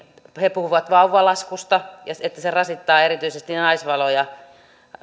he puhuvat vauvalaskusta että se rasittaa erityisesti